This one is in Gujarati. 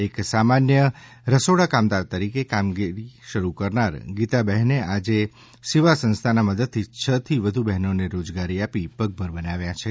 એક સામાન્ય રસોડા કામદાર તરીકે કામની શરૂઆત કરનાર ગીતા બહેને આજે સેવા સંસ્થાના મદદથી છ થી વધુ બહેનોને રોજગારી આપી પગભર બનાવ્યા છે